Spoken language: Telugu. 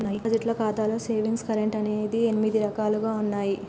డిపాజిట్ ఖాతాలో సేవింగ్స్ కరెంట్ అని ఎనిమిది రకాలుగా ఉన్నయి